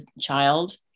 child